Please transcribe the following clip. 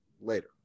later